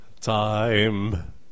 Time